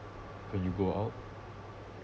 when you go out